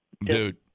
dude